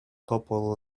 couple